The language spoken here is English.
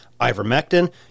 ivermectin